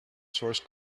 source